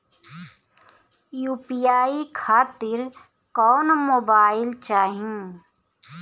UPI खातिर कौन mobile चाहीं?